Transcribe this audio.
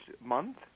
month